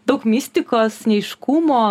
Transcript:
daug mistikos neaiškumo